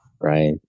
right